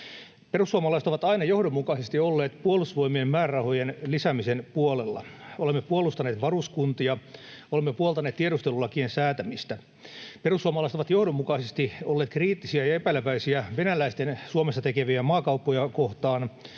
Perussuomalaiset ovat aina johdonmukaisesti olleet Puolustusvoimien määrärahojen lisäämisen puolella. Olemme puolustaneet varuskuntia, olemme puoltaneet tiedustelulakien säätämistä. Perussuomalaiset ovat johdonmukaisesti olleet kriittisiä ja epäileväisiä venäläisten Suomessa tekemiä maakauppoja kohtaan.